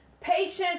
Patience